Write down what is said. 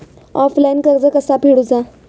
Offline कर्ज कसा फेडूचा?